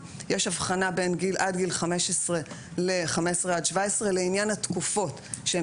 יש הבחנה בין עד גיל 15 ל-15 עד 17 לעניין התקופות שהם